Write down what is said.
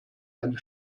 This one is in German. eine